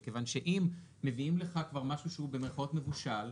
אם אתם משנים את הגבולות בתפיסה המשפטית שלי,